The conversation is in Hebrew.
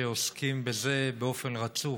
שעוסקים בזה באופן רצוף,